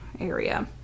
area